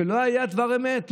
לא היה דבר אמת,